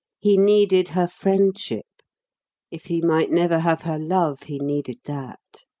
he needed her friendship if he might never have her love he needed that.